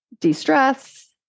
de-stress